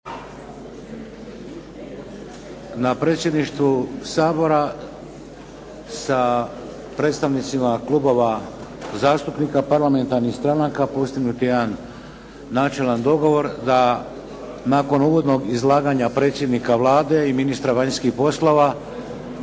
Na Predsjedništvu Sabora sa predstavnicima klubova zastupnika parlamentarnih stranaka postignut je jedan načelan dogovor da nakon uvodnog izlaganja predsjednika Vlade i ministra vanjskih poslova